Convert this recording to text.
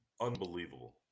unbelievable